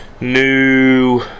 New